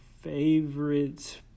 favorite